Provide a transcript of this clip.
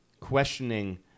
questioning